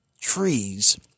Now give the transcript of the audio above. trees